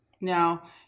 now